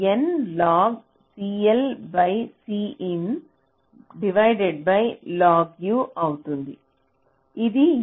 N log CL Cin log అవుతుంది ఇది N